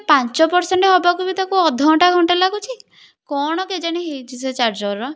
ପାଞ୍ଚ ପର୍ସେଣ୍ଟ୍ ହେବାକୁ ବି ତାକୁ ଅଧ ଘଣ୍ଟା ଘଣ୍ଟା ଲାଗୁଛି କ'ଣ କେଜାଣି ହୋଇଛି ସେ ଚାର୍ଜର୍ର